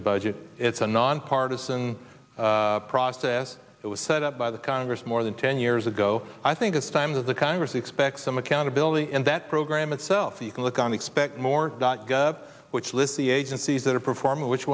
and budget it's a nonpartisan process that was set up by the congress more than ten years ago i think it's time that the congress expects some accountability in that program itself so you can look on the expect more dot gov which lists the agencies that are performing which